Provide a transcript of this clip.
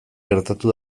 gertatu